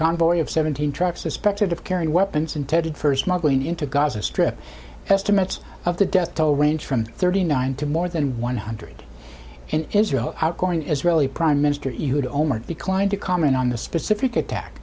convoy of seventeen trucks suspected of carrying weapons intended first now going into gaza strip estimates of the death toll range from thirty nine to more than one hundred in israel outgoing israeli prime minister ido mark declined to comment on the specific attack